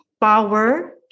power